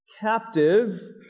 captive